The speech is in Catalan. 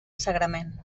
sagrament